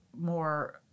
more